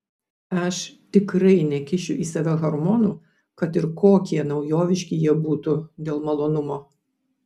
aš tikrai nekišiu į save hormonų kad ir kokie naujoviški jie būtų dėl malonumo